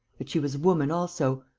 that she was a woman also,